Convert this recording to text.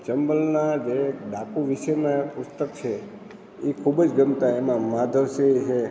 ચંબલના જે ડાકુ વીશેના પુસ્તકો છે એ ખૂબ જ ગમતા એમાં માધવ સિંહ છે